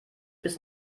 bis